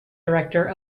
director